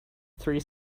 three